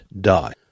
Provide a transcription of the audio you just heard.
die